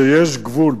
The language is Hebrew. שיש גבול.